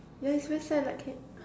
yeah it's very sad like I can